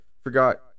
Forgot